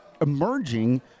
emerging